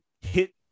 hit